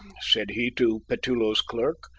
said he to petullo's clerk.